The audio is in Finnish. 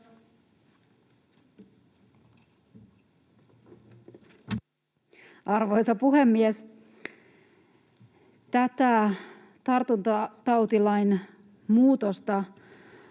Arvoisa puhemies! Uskon, että tätä tartuntatautilain muutosta